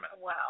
Wow